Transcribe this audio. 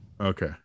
Okay